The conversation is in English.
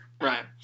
right